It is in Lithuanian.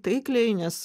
taikliai nes